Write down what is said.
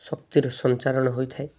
ଶକ୍ତିର ସଞ୍ଚାରଣ ହୋଇଥାଏ